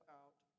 out